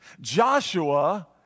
Joshua